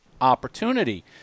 opportunity